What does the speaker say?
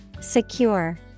Secure